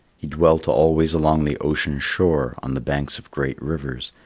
he dwelt always along the ocean shore, on the banks of great rivers,